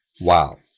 Wow